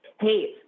Hey